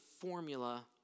formula